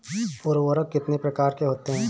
उर्वरक कितनी प्रकार के होते हैं?